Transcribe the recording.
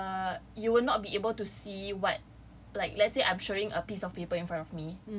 err you will not be able to see what like let's say I'm showing a piece of paper in front of me